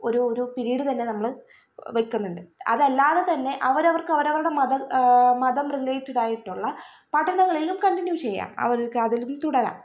ഒരു ഒരു പിരീഡ് തന്നെ നമ്മള് വെക്കുന്ന്ണ്ട് അതല്ലാതെ തന്നെ അവരവർക്ക് അവരുടെ മതം മതം റിലേറ്റഡായിട്ടുള്ള പഠനങ്ങളിലും കണ്ടിന്യൂ ചെയ്യാം ആ ഒരു കാര്യത്തിലും തുടരാം